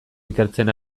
ikertzen